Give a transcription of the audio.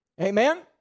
Amen